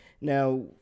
Now